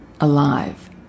alive